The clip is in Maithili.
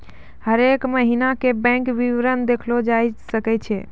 हरेक महिना के बैंक विबरण देखलो जाय सकै छै